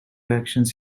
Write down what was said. actions